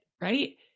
right